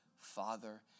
Father